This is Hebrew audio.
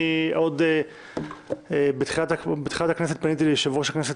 עוד בתחילת הכנסת פניתי ליושב-ראש הכנסת